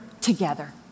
together